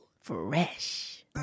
Fresh